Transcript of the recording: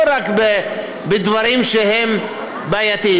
לא רק בדברים שהם בעייתיים.